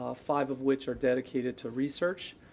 ah five of which are dedicated to research.